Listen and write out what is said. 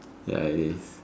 ya it is